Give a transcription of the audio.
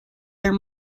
their